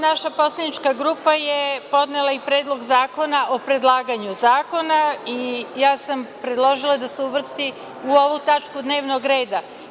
Naša poslanička grupa je podnela i Predlog zakona o predlaganju zakona i ja sam predložila da se uvrsti u ovu tačku dnevnog reda.